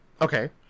okay